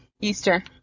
Easter